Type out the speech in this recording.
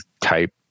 type